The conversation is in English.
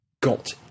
got